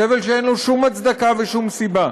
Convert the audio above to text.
סבל שאין לו שום הצדקה ושום סיבה.